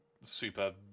super